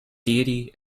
deity